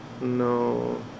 no